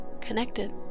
connected